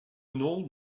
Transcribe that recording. nom